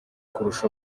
kurusha